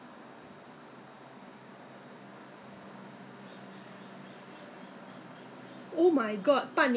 Johnson 不是有一个 friend 有那个什么 brand Rui En 介绍的他说很好的我不是叫他跟我买 lor 那个